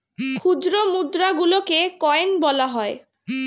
খুচরো মুদ্রা গুলোকে কয়েন বলা হয়